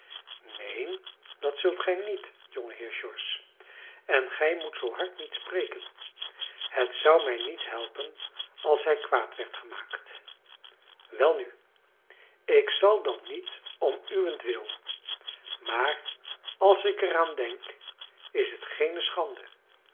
neen dat zult gij niet jongeheer george en gij moet zoo hard niet spreken het zou mij niet helpen als hij kwaad werd gemaakt welnu ik zal dan niet om uwentwil maar als ik er aan denk is het geene schande